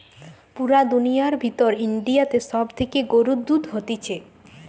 পুরা দুনিয়ার ভিতর ইন্ডিয়াতে সব থেকে গরুর দুধ হতিছে